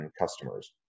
customers